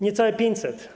Niecałe 500.